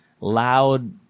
loud